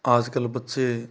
आजकल बच्चे